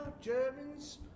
Germans